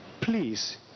please